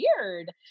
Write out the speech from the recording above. weird